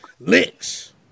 licks